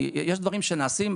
כי יש דברים שנעשים,